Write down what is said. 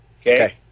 Okay